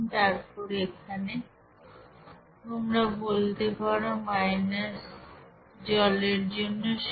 তারপর এখানে তোমরা বলতে পারো জলের জন্য 0